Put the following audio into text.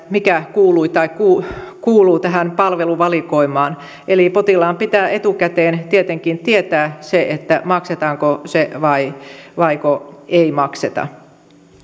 mikä kuuluu kuuluu tähän palveluvalikoimaan eli potilaan pitää etukäteen tietenkin tietää se maksetaanko se vaiko ei makseta